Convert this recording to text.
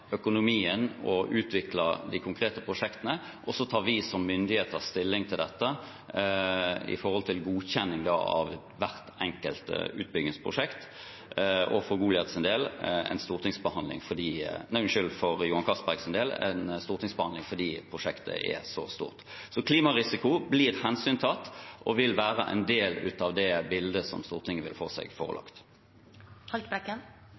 økonomien og utvikler de konkrete prosjektene. Så tar vi som myndighet stilling til godkjenning av hvert enkelt utbyggingsprosjekt – og for Johan Castbergs del blir det en stortingsbehandling fordi prosjektet er så stort. Klimarisiko blir tatt hensyn til og vil være en del av det bildet som Stortinget vil få seg